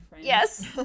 yes